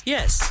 Yes